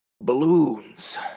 Balloons